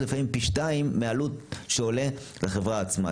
להיות לפעמים פי שניים מהעלות שזה עולה לחברה עצמה,